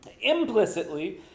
Implicitly